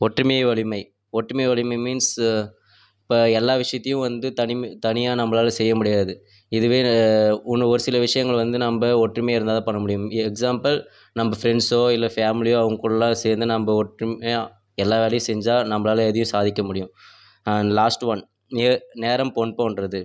ஒற்றுமையே வலிமை ஒற்றுமையே வலிமை மீன்ஸ் இப்போ எல்லா விஷியத்தையும் வந்து தனிமை தனியாக நம்மளால செய்ய முடியாது இதுவே ஒன்று ஒருசில விஷயங்கள் வந்து நம்ம ஒற்றுமையாக இருந்தால் தான் பண்ண முடியும் எக்ஸாம்பிள் நம்ம ஃப்ரெண்ட்ஸோ இல்லை ஃபேமிலியோ அவங்க கூடலாம் சேர்ந்து நம்ம ஒற்றுமையாக எல்லா வேலையும் செஞ்சால் நம்மளால எதையும் சாதிக்க முடியும் லாஸ்ட் ஒன் நேர நேரம் பொன் போன்றது